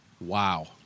Wow